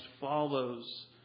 follows